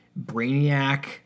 Brainiac